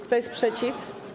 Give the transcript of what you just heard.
Kto jest przeciw?